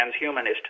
transhumanist